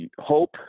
hope